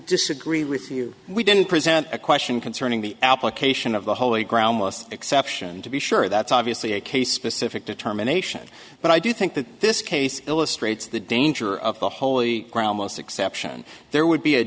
disagree with you we didn't present a question concerning the application of the holy ground exception to be sure that's obviously a case specific determination but i do think that this case illustrates the danger of the holy grail most exception there would be a